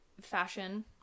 fashion